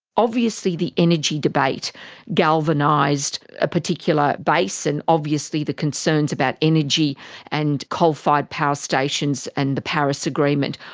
obviously the energy debate galvanised a particular base and obviously the concerns about energy and coal fired power stations and the paris agreement,